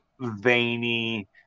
veiny